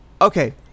Okay